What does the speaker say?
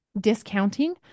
discounting